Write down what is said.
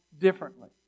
differently